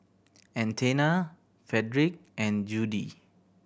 Athena Fredric and Judie